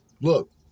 Look